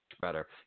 better